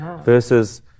Versus